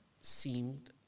seemed